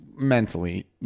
mentally